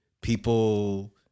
people